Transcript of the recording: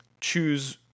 choose